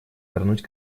вернуть